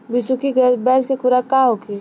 बिसुखी भैंस के खुराक का होखे?